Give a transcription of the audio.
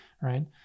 right